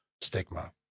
stigma